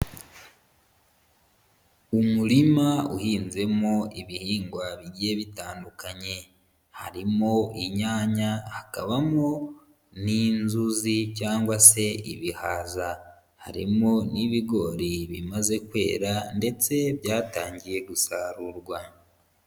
Umurima uhinzemo ibihingwa bigiye bitandukanye, harimo inyanya, hakabamo n'inzuzi cyangwa se ibihaza, harimo n'ibigori bimaze kwera ndetse byatangiye gusarurwa.